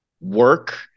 work